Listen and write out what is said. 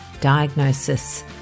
diagnosis